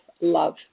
love